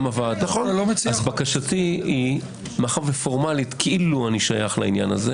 הוועדה אז פורמלית כאילו אני שייך לזה,